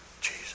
Jesus